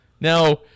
Now